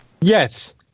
Yes